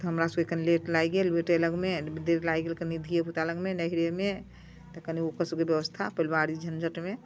तऽ हमरासबके कनि लेट लागि गेल बेटे लगमे देर लागि गेल कनि धिएपुता लगमे नैहरेमे तऽ कनि ओकरोसबके बेबस्था पलिवारी झँझटिमे